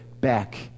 back